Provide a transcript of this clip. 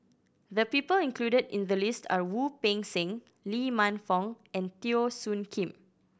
the people included in the list are Wu Peng Seng Lee Man Fong and Teo Soon Kim